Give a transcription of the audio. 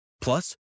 Plus